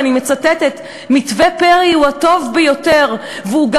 ואני מצטטת: "מתווה פרי הוא הטוב ביותר,